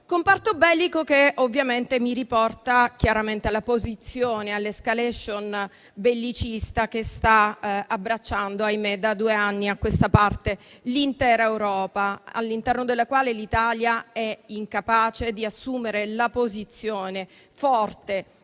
comparto bellico che mi riporta chiaramente alla posizione e all'*escalation* bellicista che sta abbracciando, ahimè, da due anni a questa parte, l'intera Europa, all'interno della quale l'Italia è incapace di assumere la posizione forte